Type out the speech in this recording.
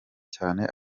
cyane